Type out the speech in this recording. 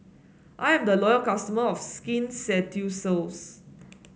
I am a loyal customer of Skin Ceuticals